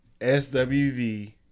SWV